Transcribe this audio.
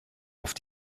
auf